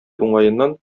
уңаеннан